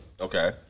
Okay